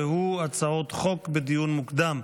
והוא הצעות חוק לדיון מוקדם.